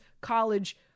college